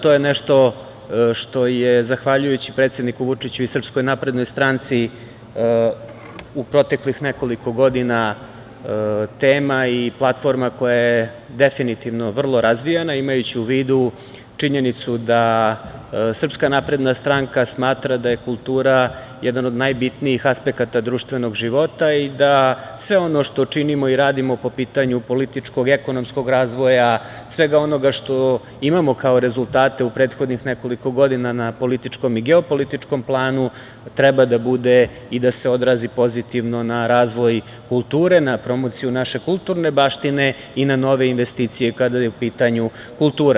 To je nešto što je zahvaljujući predsedniku Vučiću i SNS u proteklih nekoliko godina tema i platforma koja je definitivno vrlo razvijena, imajući u vidu činjenicu da SNS smatra da je kultura jedan od najbitnijih aspekata društvenog života i da sve ono što činimo i radimo po pitanju političkog, ekonomskog razvoja, svega onoga što imamo kao rezultate u prethodnih nekoliko godina na političkom i geopolitičkom planu, treba da bude i da se odrazi pozitivno na razvoj kulture, na promociju naše kulturne baštine i na nove investicije, kada je u pitanju kultura.